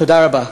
תודה רבה.